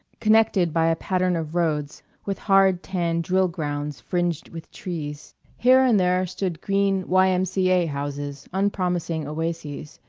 connected by a pattern of roads, with hard tan drill-grounds fringed with trees. here and there stood green y m c a. houses, unpromising oases,